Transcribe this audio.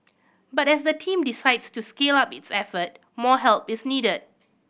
but as the team decides to scale up its effort more help is needed